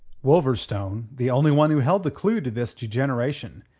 wolverstone, the only one who held the clue to this degeneration,